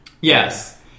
Yes